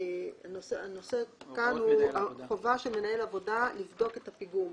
הנושא כאן הוא החובה של מנהל עבודה לבדוק את הפיגום.